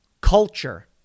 Culture